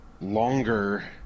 longer